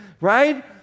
right